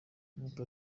nuko